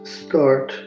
start